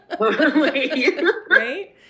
Right